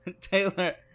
Taylor